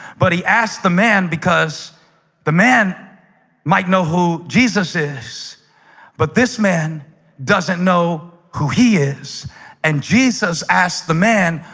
but he asked the man because the man might know who jesus is but this man doesn't know who he is and jesus asked the man,